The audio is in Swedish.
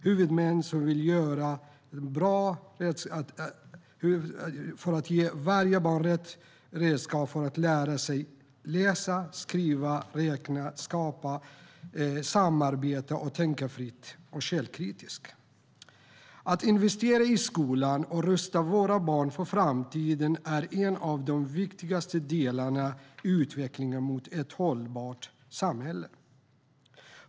Huvudmännen ska vilja ge varje barn rätt redskap för att lära sig läsa, skriva, räkna, skapa, samarbeta och tänka fritt och källkritiskt. Att investera i skolan och rusta våra barn för framtiden är en av de viktigaste delarna i utvecklingen mot ett hållbart samhälle.